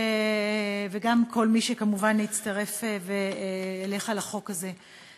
וגם כמובן כל מי שהצטרף אליך לחוק הזה,